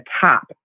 top